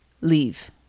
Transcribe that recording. leave